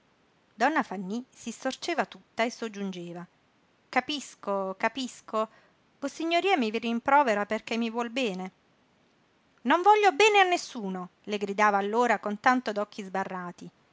donna fanny si storceva tutta e soggiungeva capisco capisco vossignoria mi rimprovera perché mi vuol bene non voglio bene a nessuno le gridava allora con tanto d'occhi sbarrati